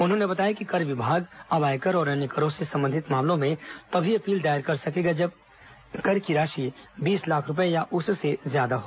उन्होंने बताया कि कर विभाग अब आयकर और अन्य करों से संबंधित मामलों में तभी अपील दायर कर सकेगा जब कर की राशि बीस लाख रूपये या उससे ज्यादा हो